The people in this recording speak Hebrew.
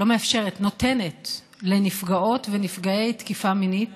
שנותנת לנפגעות ונפגעי תקיפה מינית